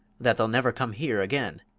that they'll never come here again.